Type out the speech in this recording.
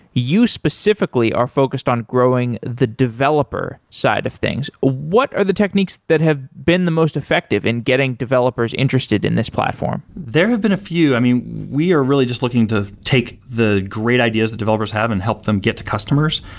you specifically are focused on growing the developer side of things. what are the techniques that have been the most effective in getting developers interested in this platform? there have been a few. i mean, we are really just looking to take the great ideas that developers have and help them get to customers.